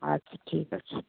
আচ্ছা ঠিক আছে